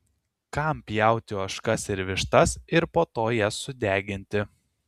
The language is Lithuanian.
kam pjauti ožkas ir vištas ir po to jas sudeginti